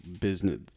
business